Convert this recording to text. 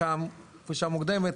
חלקן פרישה מוקדמת,